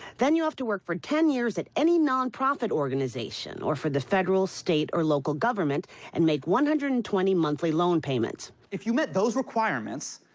then you have to work for ten years at any nonprofit organization or for the federal, state or local government and make one hundred and twenty monthly loan payments. if you met those requirements,